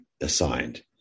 assigned